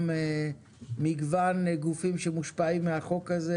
גם מגוון גופים שמושפעים מהחוק הזה.